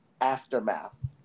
Aftermath